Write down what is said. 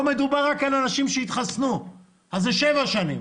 פה מדובר רק על אנשים שהתחסנו ואז זה שבע שנים